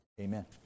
Amen